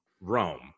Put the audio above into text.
Rome